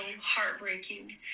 heartbreaking